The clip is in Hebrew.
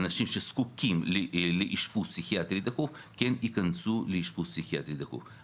אנשים שזקוקים לאשפוז פסיכיאטרי דחוף כן ייכנסו לאשפוז פסיכיאטרי דחוף.